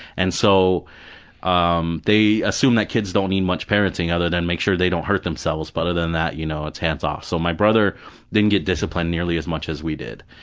and so um they assume that kids don't need much parenting other than make sure they don't hurt themselves, but other than that, you know it's hands off. so my brother didn't get disciplined nearly as much as we did.